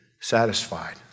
satisfied